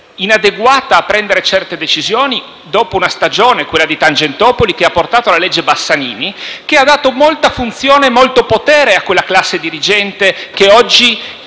inadeguata ad assumere certe decisioni e dopo una stagione, quella di Tangentopoli, che ha portato alla legge Bassanini, che ha dato molto potere a quella classe dirigente che oggi